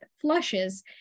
flushes